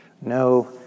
No